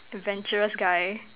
adventurous guy